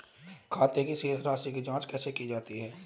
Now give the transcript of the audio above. खाते की शेष राशी की जांच कैसे की जाती है?